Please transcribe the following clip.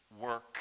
Work